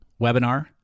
webinar